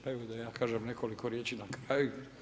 Pa evo i da ja kažem nekoliko riječi za kraj.